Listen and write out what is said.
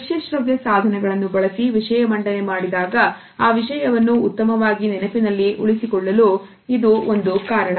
ದೃಶ್ಯ ಶ್ರವ್ಯ ಸಾಧನಗಳನ್ನು ಬಳಸಿ ವಿಷಯ ಮಂಡನೆ ಮಾಡಿದಾಗ ಆ ವಿಷಯವನ್ನು ಉತ್ತಮವಾಗಿ ನೆನಪಿನಲ್ಲಿ ಉಳಿಸಿಕೊಳ್ಳಲು ಇದು ಕೂಡ ಒಂದು ಕಾರಣ